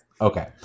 Okay